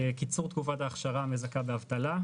קיצור תקופת ההכשרה המזכה באבטלה,